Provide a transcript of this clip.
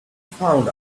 found